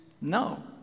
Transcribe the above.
no